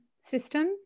system